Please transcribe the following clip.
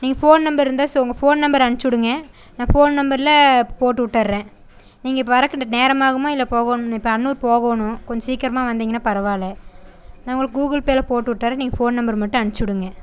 நீங்கள் phone number இருந்தால் சொ உங்கள் ஃபோன் நம்பர் அனுப்பிச்சுடுங்க நான் ஃபோன் நம்பரில் போட்டு விட்டர்றேன் நீங்கள் இப்போ வரக்கு நேரமாகுமா இல்லை போகணும் இப்போ அன்னூர் போகணும் கொஞ்சம் சீக்கிரமாக வந்திங்கன்னா பரவாயில்ல நான் உங்களுக்கு கூகுள் பேயில் போட்டு விட்டர்றேன் நீங்கள் ஃபோன் நம்பர் மட்டும் அனுப்பிச்சுடுங்க